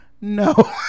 no